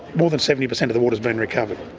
more than seventy percent of the water has been recovered.